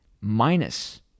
minus